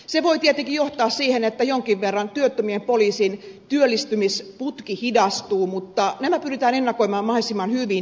se voi tietenkin johtaa siihen että jonkin verran työttömien poliisien työllistymisputki hidastuu mutta nämä pyritään ennakoimaan mahdollisimman hyvin